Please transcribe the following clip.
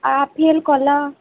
আর apple কলা